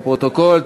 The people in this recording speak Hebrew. לפרוטוקול,